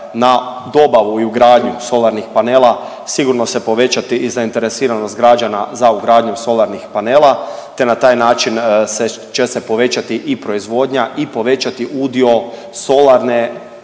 na dobavu i ugradnju solarnih panela sigurno se povećati i zainteresiranost građana za ugradnju solarnih panela, te na taj način će se povećati i proizvodnja i povećati udio solarne